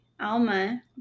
Alma